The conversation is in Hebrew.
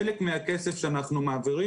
חלק מהכסף שאנחנו מעבירים,